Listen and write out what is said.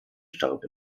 starb